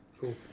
Cool